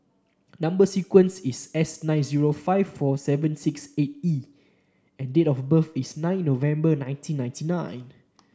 number sequence is S nine zero five four seven six eight E and date of birth is nine November nineteen ninety nine